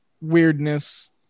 weirdness